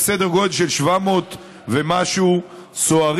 וסדר גודל של 700 ומשהו סוהרים.